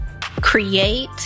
Create